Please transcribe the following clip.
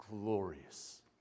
glorious